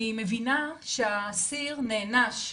אני מבינה שהאסיר נענש.